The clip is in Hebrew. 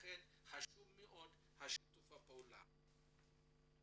ולכן שיתוף הפעולה חשוב מאוד.